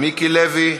מיקי לוי,